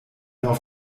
auf